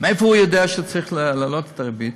מאיפה הוא יודע שצריך להעלות את הריבית?